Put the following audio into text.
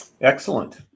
Excellent